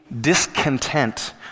discontent